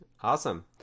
awesome